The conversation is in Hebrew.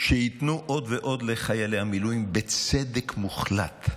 שייתנו עוד ועוד לחיילי המילואים, בצדק מוחלט,